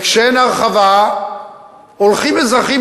וכשאין הרחבה הולכים אזרחים,